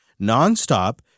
nonstop